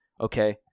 Okay